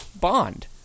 bond